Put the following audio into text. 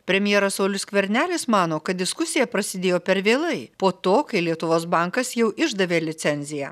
premjeras saulius skvernelis mano kad diskusija prasidėjo per vėlai po to kai lietuvos bankas jau išdavė licenziją